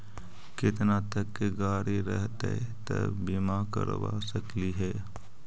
केतना तक के गाड़ी रहतै त बिमा करबा सकली हे?